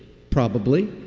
probably.